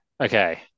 Okay